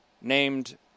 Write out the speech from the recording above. named